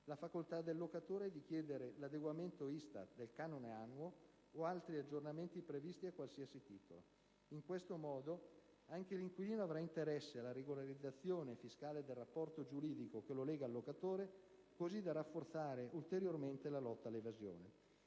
la facoltà del locatore di chiedere l'adeguamento ISTAT del canone annuo o altri aggiornamenti previsti a qualsiasi titolo. In questo modo, anche l'inquilino avrà interesse alla regolarizzazione fiscale del rapporto giuridico che lo lega al locatore, così da rafforzare ulteriormente la lotta all'evasione.